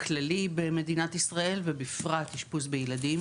כללי במדינת ישראל ובפרט אשפוז ילדים.